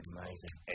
Amazing